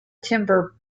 timber